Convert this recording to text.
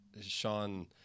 sean